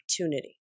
opportunity